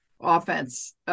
offense